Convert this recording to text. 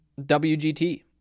WGT